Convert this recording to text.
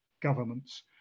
governments